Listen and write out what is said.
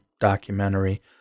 documentary